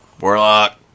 Warlock